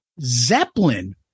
Zeppelin